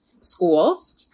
schools